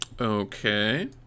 Okay